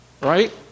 right